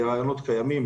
הרעיונות קיימים,